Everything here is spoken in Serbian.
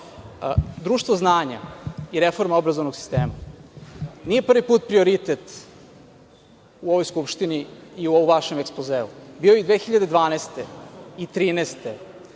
znanja i reforma obrazovanog sistema nije prvi put prioritet u ovoj Skupštini i u vašem ekspozeu. Bio je 2012. i 2013.